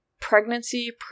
pregnancy